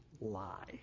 lie